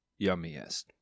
yummiest